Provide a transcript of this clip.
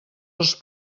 els